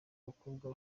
abakobwa